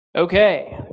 okay.